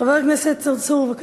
חבר הכנסת צרצור, בבקשה.